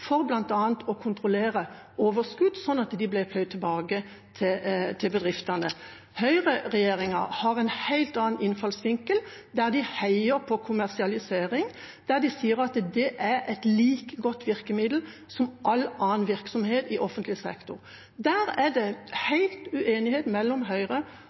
for bl.a. å kontrollere overskudd sånn at det ble pløyd tilbake til bedriftene. Høyre-regjeringa har en helt annen innfallsvinkel, der de heier på kommersialisering og sier at det er et like godt virkemiddel som all annen virksomhet i offentlig sektor. Der er det full uenighet mellom Høyre